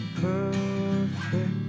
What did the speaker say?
perfect